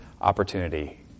opportunity